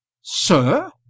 Sir